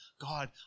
God